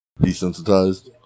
Desensitized